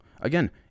Again